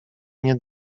nie